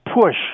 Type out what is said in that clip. push